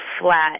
flat